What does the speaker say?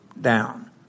down